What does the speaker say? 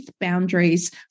boundaries